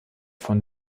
von